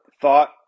thought